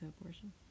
abortion